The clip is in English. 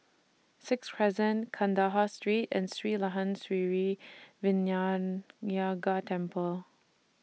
Sixth Crescent Kandahar Street and Sri Layan Sithi Vinayagar Temple